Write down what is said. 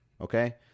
Okay